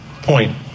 point